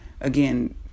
again